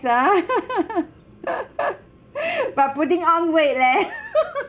ah but putting on weight leh